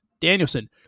danielson